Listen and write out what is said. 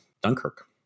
Dunkirk